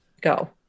go